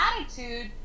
attitude